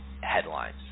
headlines